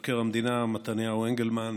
מבקר המדינה מתניהו אנגלמן,